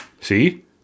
See